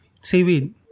seaweed